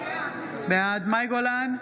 בעד מאי גולן,